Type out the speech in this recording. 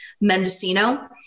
Mendocino